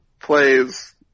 plays